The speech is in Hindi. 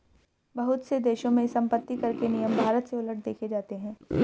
बहुत से देशों में सम्पत्तिकर के नियम भारत से उलट देखे जाते हैं